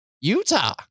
Utah